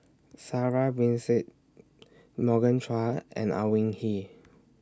Sarah Winstedt Morgan Chua and Au Hing Yee